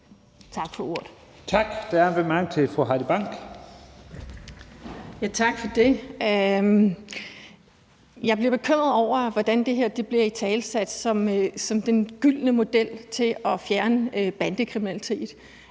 Tak for ordet.